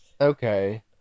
Okay